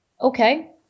okay